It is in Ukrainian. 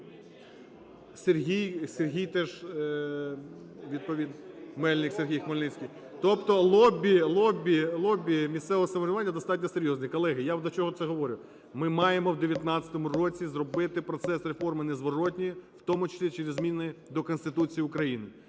Сергій – Хмельницький. Тобто лобі, лобі, лобі місцевого самоврядування достатньо серйозне. Колеги, я до чого вам це говорю? Ми маємо в 19-му році зробити процес реформи незворотній, в тому числі через зміни до Конституції України.